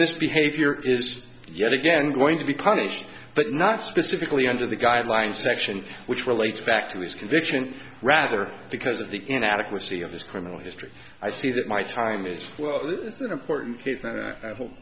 misbehavior is yet again going to be punished but not specifically under the guidelines section which relates back to his conviction rather because of the inadequacy of this criminal history i see that my time is well it's an important case and i hope